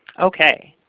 okay.